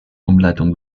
umleitung